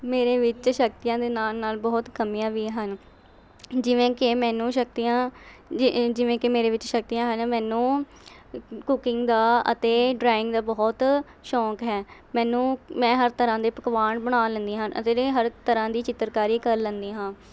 ਮੇਰੇ ਵਿੱਚ ਸ਼ਕਤੀਆਂ ਦੇ ਨਾਲ਼ ਨਾਲ਼ ਬਹੁਤ ਕਮੀਆਂ ਵੀ ਹਨ ਜਿਵੇਂ ਕਿ ਮੈਨੂੰ ਸ਼ਕਤੀਆਂ ਜਿਵੇਂ ਕਿ ਮੇਰੇ ਵਿੱਚ ਸ਼ਕਤੀਆਂ ਹਨ ਮੈਨੂੰ ਕੂਕਿੰਗ ਦਾ ਅਤੇ ਡਰਾਇੰਗ ਦਾ ਬਹੁਤ ਸ਼ੌਕ ਹੈ ਮੈਨੂੰ ਮੈਂ ਹਰ ਤਰ੍ਹਾਂ ਦੇ ਪਕਵਾਨ ਬਣਾ ਲੈਂਦੀ ਹਨ ਅਤੇ ਰੇ ਹਰ ਇੱਕ ਤਰ੍ਹਾਂ ਦੀ ਚਿੱਤਰਕਾਰੀ ਕਰ ਲੈਂਦੀ ਹਾਂ